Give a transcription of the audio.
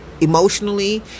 emotionally